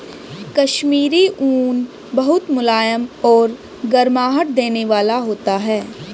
कश्मीरी ऊन बहुत मुलायम और गर्माहट देने वाला होता है